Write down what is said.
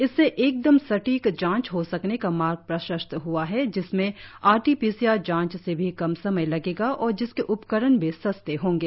इससे एकदम सटीक जांच हो सकने का मार्ग प्रशस्त हआ है जिसमें आरटी पीसीआर जांच से भी कम समय लगेगा और जिसके उपकरण भी सस्ते होंगे